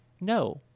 no